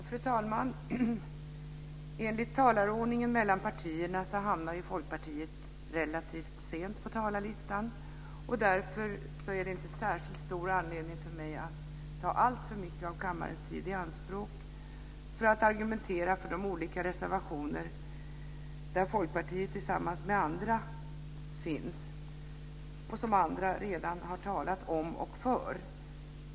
Fru talman! Enligt talarordningen mellan partierna hamnar Folkpartiet relativt sent på talarlistan. Därför är det inte särskilt stor anledning för mig att ta alltför mycket av kammarens tid i anspråk för att argumentera för de olika reservationer där Folkpartiet är med tillsammans med andra, som andra redan har talat om och för.